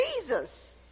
Jesus